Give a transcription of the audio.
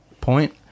point